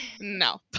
No